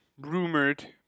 rumored